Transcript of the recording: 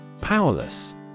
Powerless